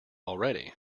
already